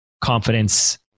confidence